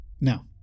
Now